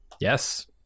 Yes